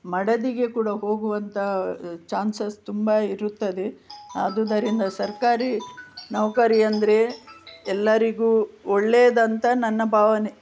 ಮಡದಿಗೆ ಕೂಡ ಹೋಗುವಂಥ ಚಾನ್ಸಸ್ ತುಂಬ ಇರುತ್ತದೆ ಆದುದರಿಂದ ಸರ್ಕಾರಿ ನೌಕರಿ ಅಂದರೆ ಎಲ್ಲರಿಗೂ ಒಳ್ಳೆಯದಂತ ನನ್ನ ಭಾವನೆ